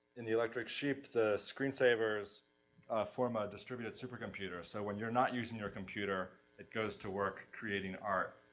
in the electric sleep the screensavers form a distributed supercomputer. so when you're not using your computer, it goes to work creating art,